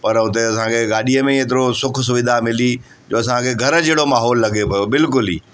पर हुते असांखे गाॾीअ में ई हेतिरो सुखु सुविधा मिली जो असांखे घरु जहिड़ो माहोलु लॻे पियो बिल्कुलु ई